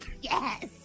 Yes